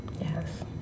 Yes